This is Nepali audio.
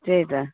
त्यही त